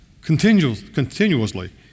continuously